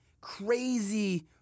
crazy